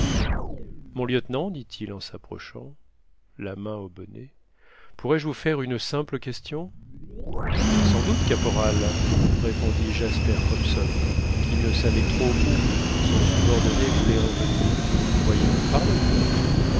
mon lieutenant dit-il en s'approchant la main au bonnet pourrais-je vous faire une simple question sans doute caporal répondit jasper hobson qui ne savait trop où son subordonné voulait en venir voyons parlez